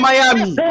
Miami